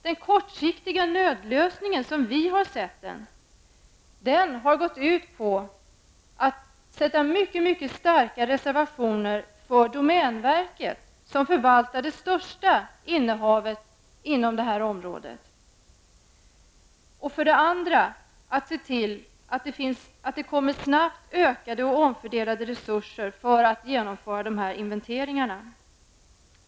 Den kortsiktiga nödlösningen har gått ut på att sätta mycket starka reservationer för domänverket, som förvaltar det största innehavet inom det här området, och att se till att det kommer snabbt ökade och omfördelade resurser så att man kan genomföra dessa inventeringar.